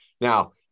Now